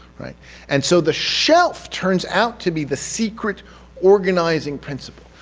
and so the shelf turns out to be the secret organizing principle.